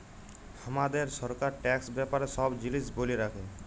হামাদের সরকার ট্যাক্স ব্যাপারে সব জিলিস ব্যলে রাখে